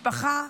משפחה,